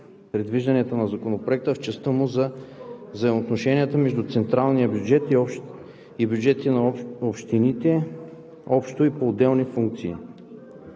предвижданията на Законопроекта в частта му за взаимоотношенията между централния бюджет и бюджетите на общините общо и по отделните функции.